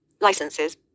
Licenses